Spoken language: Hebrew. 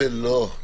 לא.